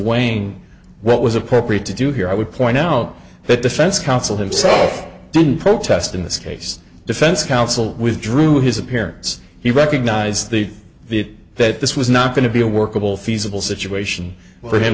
weighing what was appropriate to do here i would point out that defense counsel himself didn't protest in this case defense counsel withdrew his appearance he recognized the the that this was not going to be a workable feasible situation for him